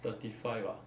thirty five ah